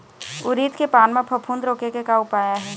उरीद के पान म फफूंद रोके के का उपाय आहे?